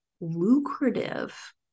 lucrative